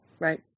Right